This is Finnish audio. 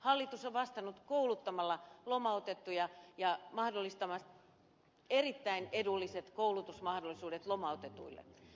hallitus on vastannut kouluttamalla lomautettuja ja mahdollistamalla erittäin edulliset koulutusmahdollisuudet lomautetuille